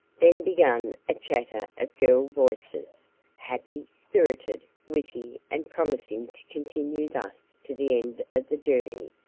then began a chatter of girl voices happy, spirited, witty, and promising to continue thus to the end of the journey,